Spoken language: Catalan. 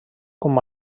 com